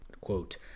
quote